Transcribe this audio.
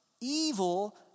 Evil